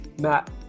Matt